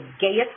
gayest